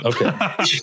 Okay